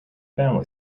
family